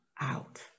out